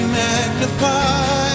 magnified